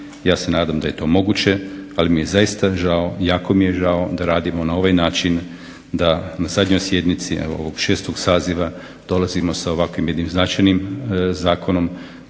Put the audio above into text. ja se nadam da je to moguće ali jako mi je žao da radimo na ovakav način da na zadnjoj sjednici, evo ovog 6. Saziva dolazimo sa ovakvim jednim značajnim zakonom,